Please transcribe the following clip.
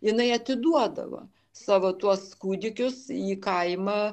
jinai atiduodavo savo tuos kūdikius į kaimą